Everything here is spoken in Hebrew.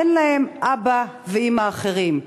אין להם אבא ואימא אחרים.